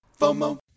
FOMO